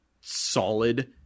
solid